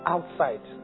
Outside